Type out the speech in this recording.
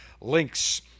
links